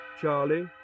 Charlie